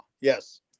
Yes